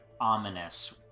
ominous